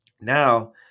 Now